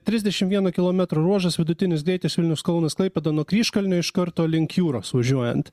trisdešimt vieno kilometro ruožas vidutinis greitis vilnius kaunas klaipėda nuo kryžkalnio iš karto link jūros važiuojant